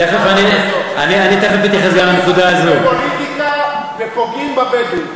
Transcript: אתם משחקים בפוליטיקה ופוגעים בבדואים.